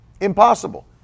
Impossible